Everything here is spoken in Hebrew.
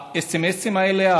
הסמ"סים האלה,